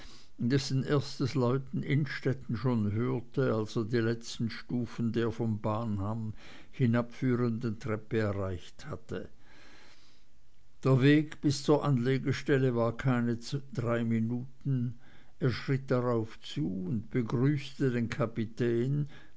dessen erstes läuten innstetten schon hörte als er die letzten stufen der vom bahndamm hinabführenden treppe erreicht hatte der weg bis zur anlegestelle war keine drei minuten er schritt darauf zu und begrüßte den kapitän